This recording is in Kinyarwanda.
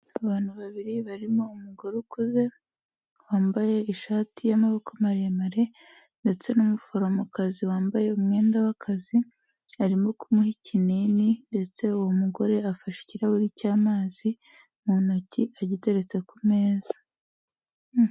Abantu babiri barimo umugore ukuze, wambaye ishati y'amaboko maremare ndetse n'umuforomokazi wambaye umwenda w'akazi, arimo kumuha ikinini ndetse uwo mugore afashe ikirahuri cy'amazi mu ntoki, agiteretse ku meza.